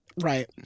Right